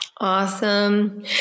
Awesome